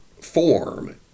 form